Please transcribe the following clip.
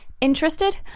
Interested